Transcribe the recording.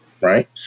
right